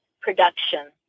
production